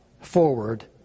forward